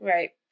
Right